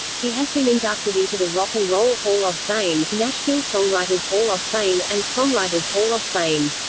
he has been inducted into the rock and roll hall of fame, nashville songwriters hall of fame, and songwriters hall of fame.